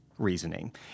reasoning